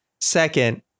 second